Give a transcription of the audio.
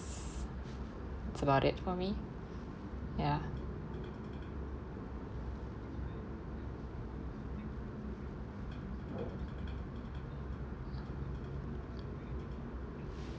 about it for me ya